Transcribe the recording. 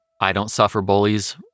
I-don't-suffer-bullies